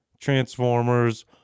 Transformers